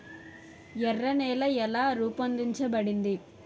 ఎర్ర నేల ఎలా రూపొందించబడింది?